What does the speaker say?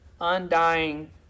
undying